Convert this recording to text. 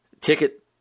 ticket